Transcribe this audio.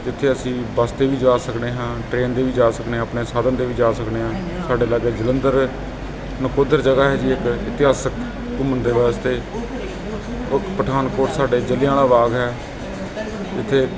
ਜਿੱਥੇ ਅਸੀਂ ਬੱਸ 'ਤੇ ਵੀ ਜਾ ਸਕਦੇ ਹਾਂ ਟਰੇਨ 'ਤੇ ਵੀ ਜਾ ਸਕਦੇ ਆਪਣੇ ਸਾਧਨ 'ਤੇ ਵੀ ਜਾ ਸਕਦੇ ਹਾਂ ਸਾਡੇ ਲਾਗੇ ਜਲੰਧਰ ਨਕੋਦਰ ਜਗ੍ਹਾ ਹੈ ਜੀ ਇੱਕ ਇਤਿਹਾਸਿਕ ਘੁੰਮਣ ਦੇ ਵਾਸਤੇ ਉਹ ਪਠਾਨਕੋਟ ਸਾਡੇ ਜਲਿਆਂਵਾਲਾ ਬਾਗ ਹੈ ਜਿੱਥੇ